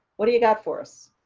what do you got for us?